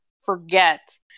forget